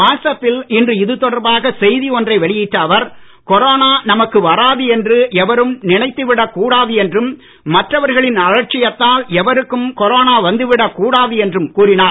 வாட்ஸ்ஆப்பில் இன்று இது தொடர்பாக செய்தி ஒன்றை வெளியிட்ட அவர் கொரோனா நமக்கு வராது என்று எவரும் நினைத்துவிடக் கூடாது என்றும் மற்றவர்களின் அலட்சியத்தால் எவருக்கும் கொரோனா வந்துவிடக் கூடாது என்றும் கூறினார்